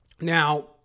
Now